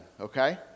okay